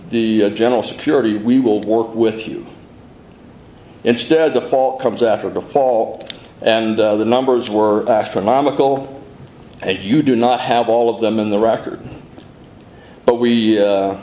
the general security we will work with you instead the fall comes after the fall and the numbers were astronomical and you do not have all of them in the record but we